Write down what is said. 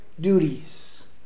duties